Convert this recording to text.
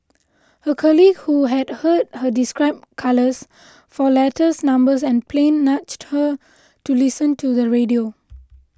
her colleague who had heard her describe colours for letters numbers and plain nudged her to listen to the radio